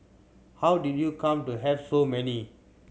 how did you come to have so many